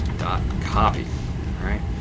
dot copy. all right,